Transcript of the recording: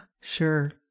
sure